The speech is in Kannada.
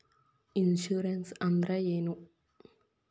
ಇನ್ಶೂರೆನ್ಸ್ ಅಂದ್ರ ಏನು?